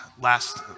last